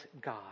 God